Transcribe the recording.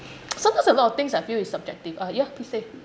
sometimes a lot of things I feel is subjective uh ya please say